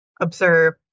observe